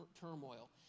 turmoil